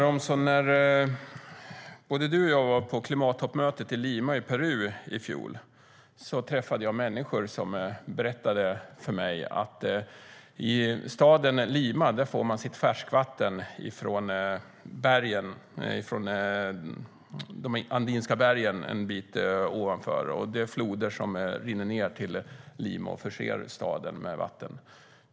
Herr talman! Både du och jag var på klimattoppmötet i Lima i Peru i fjol, Åsa Romson. Jag träffade då människor som berättade att staden Lima får sitt färskvatten från de andinska bergen en bit ovanför. Det är floder som rinner ned till Lima och förser staden med vatten.